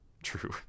True